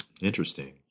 interesting